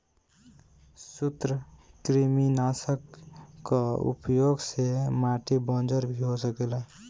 सूत्रकृमिनाशक कअ उपयोग से माटी बंजर भी हो सकेला